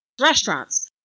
restaurants